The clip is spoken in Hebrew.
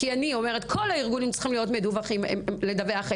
אני אומרת שכל הארגונים צריכים להיות מדווחים אליך,